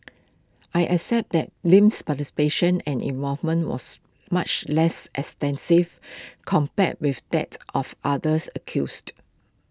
I accept that Lim's participation and involvement was much less extensive compared with that of others accused